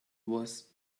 was